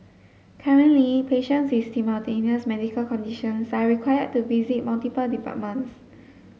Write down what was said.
currently patients with simultaneous medical conditions are required to visit multiple departments